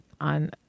on